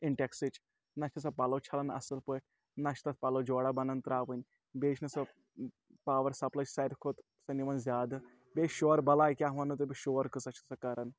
اِنٹٮ۪کسٕچ نہ چھِ سۄ پَلَو چھَلان اَصٕل پٲٹھۍ نہ چھِ تَتھ پَلَو جورا بَنان ترٛاوٕنۍ بیٚیہِ چھِنہٕ سۄ پاوَر سَپلاے ساروٕے کھۄتہٕ سۄ نِوان زیادٕ بیٚیہِ شورٕ بَلاے کیاہ وَنو تۄہِہ بہٕ شور کۭژاہ چھِ سۄ کَران